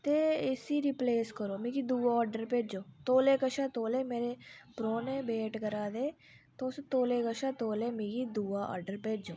ते इस्सी रिप्लेस करो मिगी दूआ आर्डर भेजो तोलै कशा तोलै मेरे परौह्ने वेट करा दे तुस तोलै कशा तोलै मिगी दूआ आर्डर भेजो